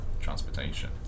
transportation